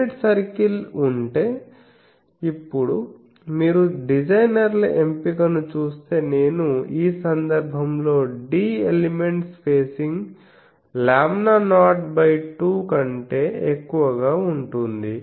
unit circle ఉంటే ఇప్పుడు మీరు డిజైనర్ల ఎంపికను చూస్తే నేను ఈ సందర్భంలో d ఎలిమెంట్ స్పేసింగ్ λ02 కంటే ఎక్కువగా ఉంటుంది